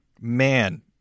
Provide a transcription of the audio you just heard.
man